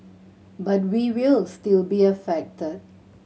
but we will still be affected